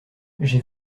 j’ai